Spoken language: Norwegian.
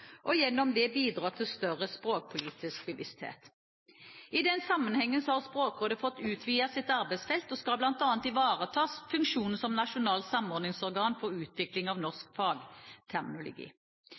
og gjennom det bidra til større språkpolitisk bevissthet. I den sammenhengen har Språkrådet fått utvidet sitt arbeidsfelt, og skal bl.a. ivareta funksjonen som nasjonalt samordningsorgan for utvikling av